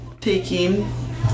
taking